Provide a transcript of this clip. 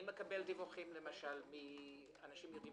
אני מקבל דיווחים למשל מאנשים אנשים יודעים